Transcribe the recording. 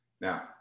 Now